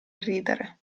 ridere